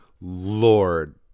Lord